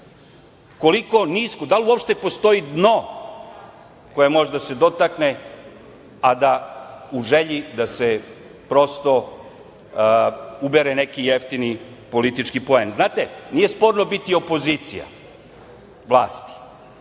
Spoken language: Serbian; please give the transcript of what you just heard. ta granica? Da li uopšte postoji dno, koje može da se dotakne u želji da se prosto ubere neki jeftini politički poen. Znate, nije sporno biti opozicija vlasti,